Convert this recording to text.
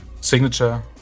signature